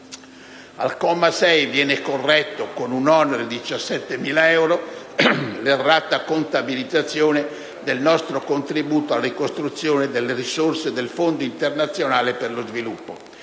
Al comma 6 viene corretto (con un onere di 17.000 euro) l'errata contabilizzazione del nostro contributo alla ricostruzione delle risorse del Fondo internazionale per lo sviluppo.